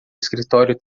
escritório